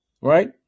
right